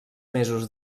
mesos